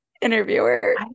interviewer